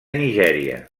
nigèria